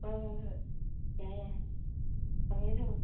ꯍꯣꯏ ꯍꯣꯏ ꯍꯣꯏ ꯌꯥꯔꯦ ꯌꯥꯔꯦ ꯊꯝꯃꯒꯦ ꯊꯝꯃꯒꯦ